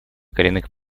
коренных